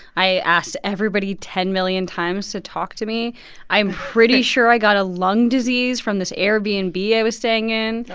i asked everybody ten million times to talk to me i'm pretty sure i got a lung disease from this airbnb and i was staying in oh,